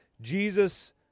Jesus